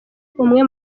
umwe